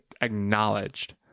acknowledged